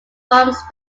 palms